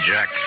Jack